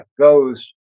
goes